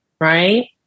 Right